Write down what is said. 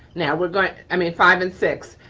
now we're going, i mean, five and six.